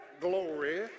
glory